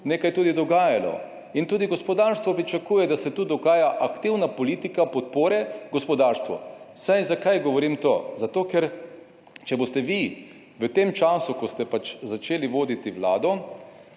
nekaj tudi dogajalo. In tudi gospodarstvo pričakuje, da se tu dogaja aktivna politika podpore gospodarstvu. Saj zakaj govorim to? Zato, ker če boste vi v tem času, ko ste začeli voditi Vlado,